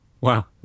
Wow